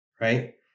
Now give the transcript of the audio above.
right